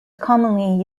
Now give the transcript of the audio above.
commonly